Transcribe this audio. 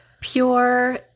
pure